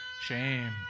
Shame